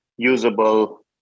Usable